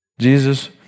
Jesus